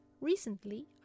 Recently